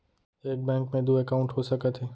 एक बैंक में दू एकाउंट हो सकत हे?